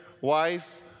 wife